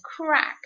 crack